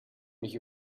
mich